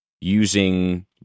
using